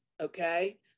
okay